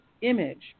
image